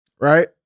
right